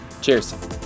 Cheers